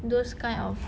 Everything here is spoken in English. those kind of